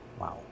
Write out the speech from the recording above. Wow